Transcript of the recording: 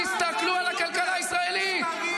--- תסתכלו על הכלכלה הישראלית.